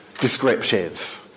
descriptive